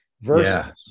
versus